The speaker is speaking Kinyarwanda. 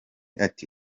ati